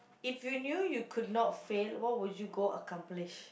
if you knew you could not fail what would you go accomplish